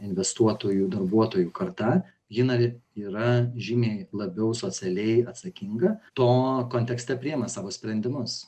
investuotojų darbuotojų karta jinai yra žymiai labiau socialiai atsakinga to kontekste priima savo sprendimus